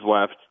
left